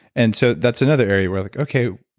and so that's another area where like, okay,